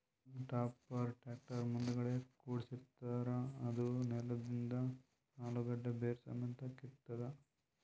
haulm ಟಾಪರ್ಗ್ tractor ಮುಂದಗಡಿ ಕುಡ್ಸಿರತಾರ್ ಅದೂ ನೆಲದಂದ್ ಅಲುಗಡ್ಡಿ ಬೇರ್ ಸಮೇತ್ ಕಿತ್ತತದ್